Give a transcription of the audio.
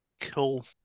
Cool